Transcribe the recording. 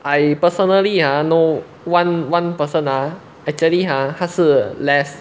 I personally uh no one one person ah actually ah 他是 les